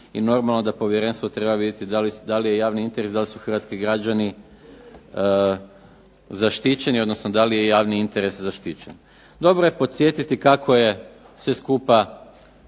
i normalno da povjerenstvo treba vidjeti da li je javni interes, da li su hrvatski građani zaštićeni, odnosno da li je javni interes zaštićen. Dobro je podsjetiti kako je sve skupa